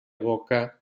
boca